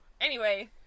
Anyway-